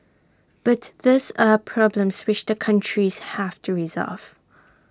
but these are problems which the countries have to resolve